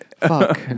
Fuck